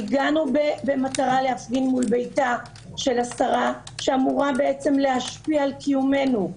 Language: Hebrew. הגענו להפגין מול ביתה של השרה שאמורה בעצם להשפיע על קיומנו,